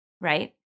Right